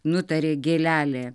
nutarė gėlelė